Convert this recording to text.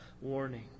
warning